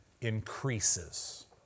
increases